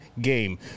game